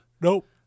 Nope